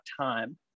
time